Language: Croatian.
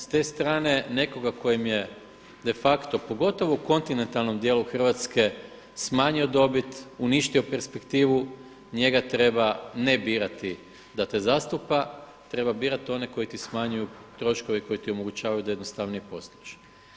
S te strane nekoga tko im je de facto pogotovo u kontinentalnom dijelu Hrvatske smanjio dobit, uništio perspektivu, njega treba ne birati da te zastupa treba birati one koji ti smanjuju troškove koji ti omogućavaju da jednostavnije posluješ.